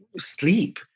sleep